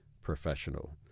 professional